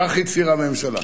כך הצהירה הממשלה.